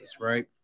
right